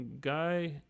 guy